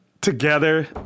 together